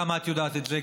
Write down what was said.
גם את יודעת את זה,